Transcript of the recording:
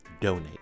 donate